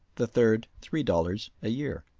the third three dollars a year.